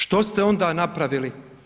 Što ste onda napravili?